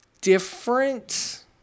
different